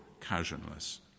casualness